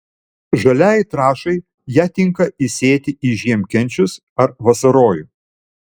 žaliajai trąšai ją tinka įsėti į žiemkenčius ar vasarojų